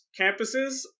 campuses